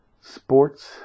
Sports